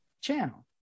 channel